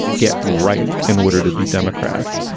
get right in order to be democrats.